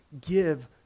give